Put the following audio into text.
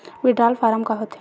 Withdrawal form का होथे?